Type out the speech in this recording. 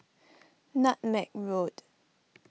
Nutmeg Road